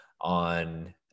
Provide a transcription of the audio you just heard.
on